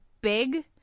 big